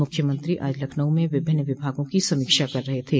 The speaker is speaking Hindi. मुख्यमंत्री आज लखनऊ में विभिन्न विभागों की समीक्षा कर रहे थे